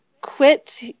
quit